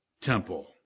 temple